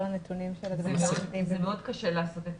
זה מאוד קשה לעשות את